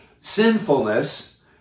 sinfulness